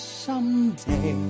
someday